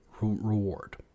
reward